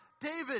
David